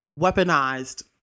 weaponized